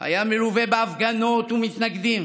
היה מלווה בהפגנות ומתנגדים,